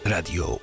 Radio